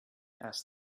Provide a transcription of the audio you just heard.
asked